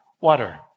water